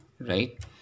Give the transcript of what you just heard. Right